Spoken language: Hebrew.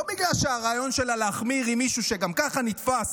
לא בגלל שהרעיון שלה להחמיר עם מישהו שגם ככה נתפס